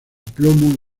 plomo